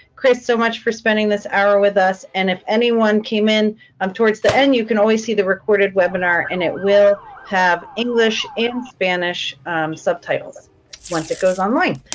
chris, so much for spending this hour with us, and if anyone came in um towards the end, you can always see the recorded webinar and it will have english and spanish subtitles once it goes online.